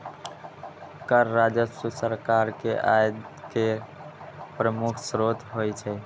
कर राजस्व सरकार के आय केर प्रमुख स्रोत होइ छै